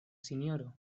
sinjoro